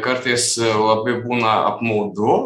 kartais labai būna apmaudu